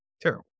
Terrible